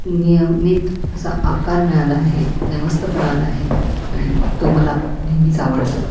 नियमित असा आकार मिळाला आहे नेमस्तपणा आला आहे आणि तो मला नेहमीच आवडतो